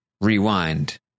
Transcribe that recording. Rewind